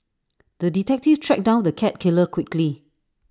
the detective tracked down the cat killer quickly